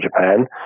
Japan